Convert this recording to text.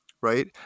Right